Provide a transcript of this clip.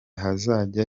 hazajya